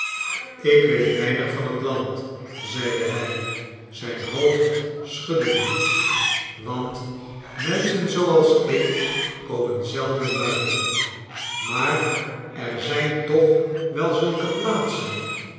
ik weet weinig van het land zeide hij zijn hoofd schuddende want menschen zooals ik komen zeiden buiten maar er zijn toch wel zulke plaatsen